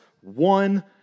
one